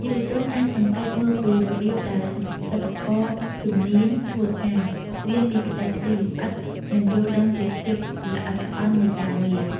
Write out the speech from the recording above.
យុវជនអាចសង្កេតមើលពីរបៀបដែលសិប្បករជំនាញធ្វើការ រៀនពីបច្ចេកទេសលម្អិត និងយល់ដឹងពីភាពល្អិតល្អន់នៃការងារ។